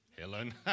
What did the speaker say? Helen